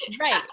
Right